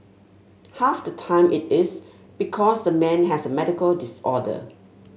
half the time it is because the man has a medical disorder